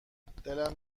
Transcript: دلم